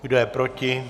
Kdo je proti?